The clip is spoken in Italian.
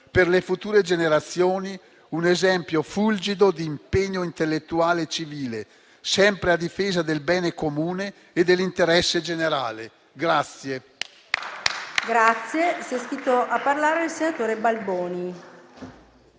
Per le future generazioni, un esempio fulgido di impegno intellettuale e civile, sempre a difesa del bene comune e dell'interesse generale.